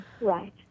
Right